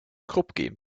krupp